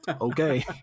Okay